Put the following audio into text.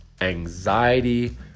anxiety